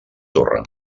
torre